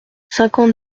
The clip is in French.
cinquante